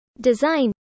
Design